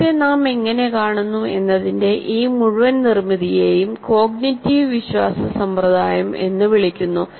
ലോകത്തെ നാം എങ്ങനെ കാണുന്നു എന്നതിന്റെ ഈ മുഴുവൻ നിർമ്മിതിയെയും കോഗ്നിറ്റീവ് വിശ്വാസ സമ്പ്രദായം എന്ന് വിളിക്കുന്നു